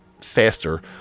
faster